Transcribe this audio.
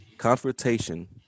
Confrontation